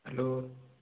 hello